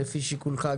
לפי שיקולך,